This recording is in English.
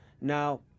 Now